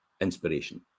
inspiration